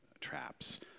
traps